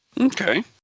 okay